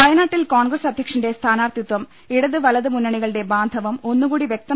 വയനാട്ടിൽ കോൺഗ്രസ് അധ്യക്ഷന്റെ സ്ഥാനാർത്ഥിത്വം ഇടത് വലത് മുന്നണികളുടെ ബാന്ധവം ഒന്നുകൂടി വ്യക്ത